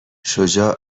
شجاع